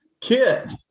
Kit